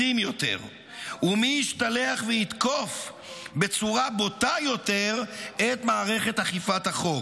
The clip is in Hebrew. מחרידים יותר ומי ישתלח ויתקוף בצורה בוטה יותר את מערכת אכיפת החוק.